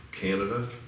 Canada